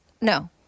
No